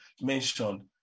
mentioned